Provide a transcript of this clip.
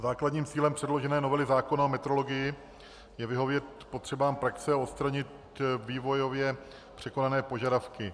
Základním cílem předložené novely zákona o metrologii je vyhovět potřebám praxe a odstranit vývojově překonané požadavky.